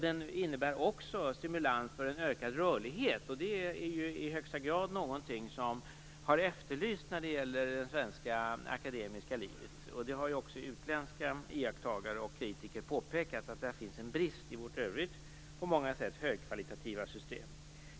Den innebär dessutom stimulans för en ökad rörlighet. Det är ju i högsta grad någonting som har efterlysts när det gäller det svenska akademiska livet. Utländska iakttagare och kritiker har också påtalat att det i det avseendet finns en brist i vårt för övrigt på många sätt högkvalitativa system.